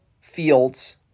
fields